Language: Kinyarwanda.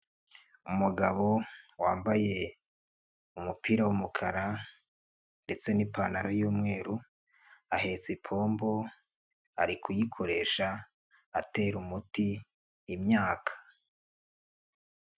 Umugabo wambaye umupira w'umukara ndetse n'ipantaro y'umweru ahetse ipombo ari kuyikoresha atera umuti imyaka.